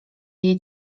jej